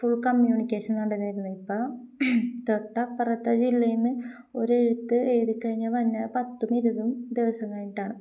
full communication നടന്നിരുന്നത് അപ്പോള് തൊട്ടപ്പുറത്തെ ജില്ലയില് നിന്ന് ഒരു എഴുത്തെഴുതി കഴിഞ്ഞാല് വരുന്നത് പത്തും ഇരുപതും ദിവസം കഴിഞ്ഞിട്ടാണ്